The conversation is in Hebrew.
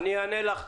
אני אענה לך.